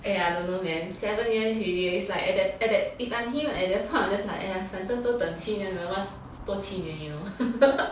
eh I don't know man seven years already it's like at that at that if I'm him at that point I'm just like !aiya! 反正都等七年了 what's 多七年 you know